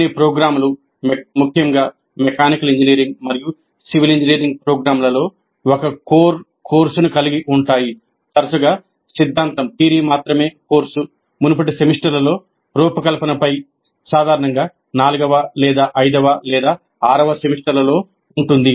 కొన్ని ప్రోగ్రామ్లు ముఖ్యంగా మెకానికల్ ఇంజనీరింగ్ మరియు సివిల్ ఇంజనీరింగ్ ప్రోగ్రామ్లలో ఒక కోర్ కోర్సును కలిగి ఉంటాయి తరచుగా సిద్ధాంతం మాత్రమే కోర్సు మునుపటి సెమిస్టర్లలో రూపకల్పన పై సాధారణంగా 4 వ లేదా 5 వ లేదా 6 వ సెమిస్టర్లో ఉంటుంది